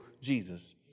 Jesus